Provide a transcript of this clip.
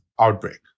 outbreak